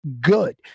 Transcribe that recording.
good